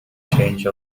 change